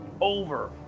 Over